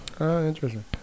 interesting